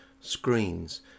screens